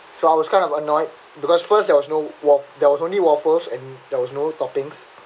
so I was kind of annoyed because first there was no waff~ there was only waffles and there was no toppings